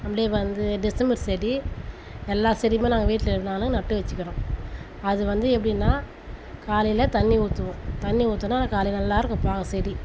அப்படியே வந்து டிசம்பர் செடி எல்லா செடியும் நாங்கள் வீட்டில் இருந்தாலும் நட்டு வச்சிருக்குறோம் அதுவந்து எப்படின்னா காலையில் தண்ணி ஊற்றுவோம் தண்ணி ஊற்றினா காலையில் நல்லாயிருக்கும் பார்க்க செடி